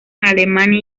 alemania